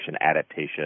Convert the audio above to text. adaptation